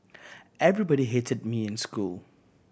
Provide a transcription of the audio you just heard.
everybody hated me in school